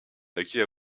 naquit